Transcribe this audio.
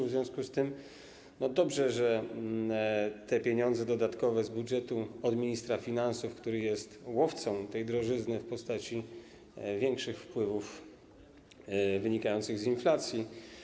W związku z tym dobrze, że dodatkowe pieniądze z budżetu od ministra finansów, który jest łowcą tej drożyzny w postaci większych wpływów wynikających z inflacji.